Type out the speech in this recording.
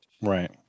Right